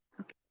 okay